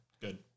good